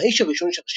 "האיש הראשון של השירה,